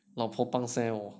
老婆 pangseh 我